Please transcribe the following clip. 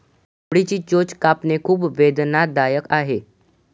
कोंबडीची चोच कापणे खूप वेदनादायक आहे